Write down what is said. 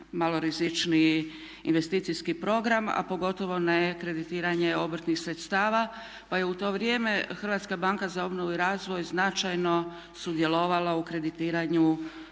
malo rizičniji investicijski program, a pogotovo ne kreditiranje obrtnih sredstava pa je u to vrijeme Hrvatska banka za obnovu i razvoj značajno sudjelovala u kreditiranju